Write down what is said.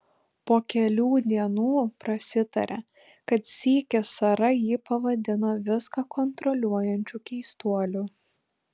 po kelių dienų prasitarė kad sykį sara jį pavadino viską kontroliuojančiu keistuoliu